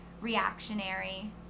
reactionary